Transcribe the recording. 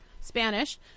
Spanish